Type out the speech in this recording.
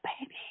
baby